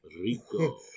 Rico